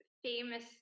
Famous